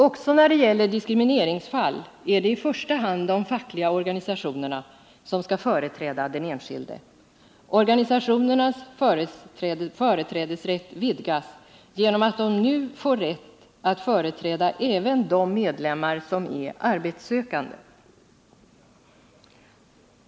Också när det gäller diskrimineringsfall är det i första hand de fackliga organisationerna som skall företräda den enskilde. Organisationernas företrädesrätt vidgas genom att de nu får rätt att företräda även de medlemmar som är arbetssökande.